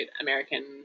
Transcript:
American